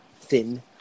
thin